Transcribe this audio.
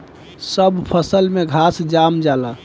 सब फसल में घास जाम जाला